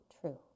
true